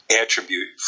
attribute